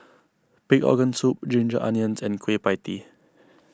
Pig Organ Soup Ginger Onions and Kueh Pie Tee